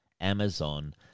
Amazon